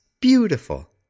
beautiful